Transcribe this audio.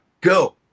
go